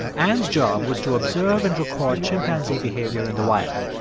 anne's job was to observe and record chimpanzee behavior in the wild.